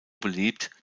beliebt